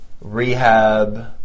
rehab